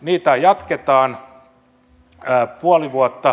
niitä jatketaan puoli vuotta